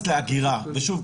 לאגירה ושוב,